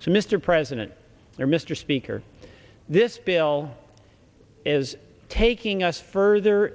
so mr president here mr speaker this bill is taking us further